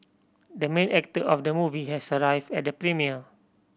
the main actor of the movie has arrived at the premiere